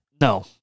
No